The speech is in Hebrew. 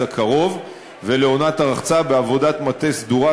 הקרוב ולעונת הרחצה בעבודת מטה סדורה,